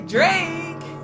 Drake